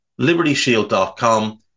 libertyshield.com